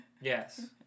Yes